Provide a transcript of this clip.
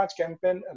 campaign